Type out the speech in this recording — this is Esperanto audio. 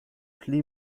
pli